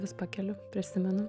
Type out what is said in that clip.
vis pakeliu prisimenu